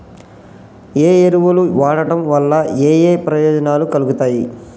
ఏ ఎరువులు వాడటం వల్ల ఏయే ప్రయోజనాలు కలుగుతయి?